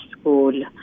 school